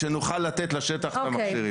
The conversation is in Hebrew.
כדי שנוכל לתת לשטח את המכשירים האלה.